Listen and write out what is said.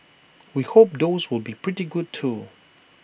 we hope those will be pretty good too